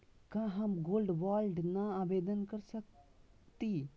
का हम gold bond ल आवेदन कर सकली?